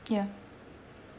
ya